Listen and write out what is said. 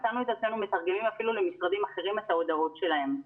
מצאנו את עצמנו מתרגמים אפילו למשרדים אחרים את ההודעות שלהם.